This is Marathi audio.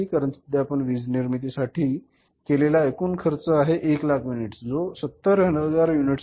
कारण सध्या आपण वीज निर्मिती साठी केलेला एकूण खर्च आहे 1 लाख युनिट्स जो कि 700000 युनिट्स नाही